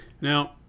now